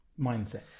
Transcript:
Mindset